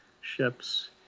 ships